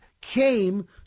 came